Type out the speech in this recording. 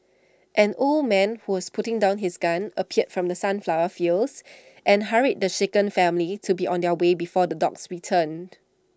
an old man who was putting down his gun appeared from the sunflower fields and hurried the shaken family to be on their way before the dogs returned